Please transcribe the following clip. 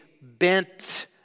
bent